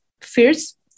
first